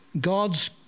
God's